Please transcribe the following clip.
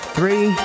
Three